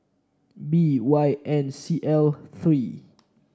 B Y N C L three